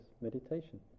meditation